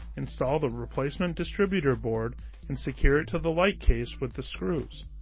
install the replacement distributor board and secure it to the light case with the screws.